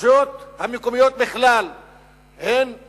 הרשויות המקומיות הן בכלל